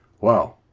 Wow